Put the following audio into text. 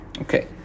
Okay